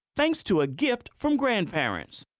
thanks to a gift from grandparents.